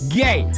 gay